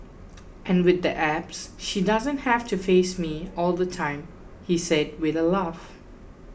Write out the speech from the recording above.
and with the apps she doesn't have to face me all the time he said with a laugh